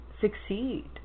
succeed